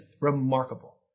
remarkable